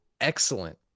excellent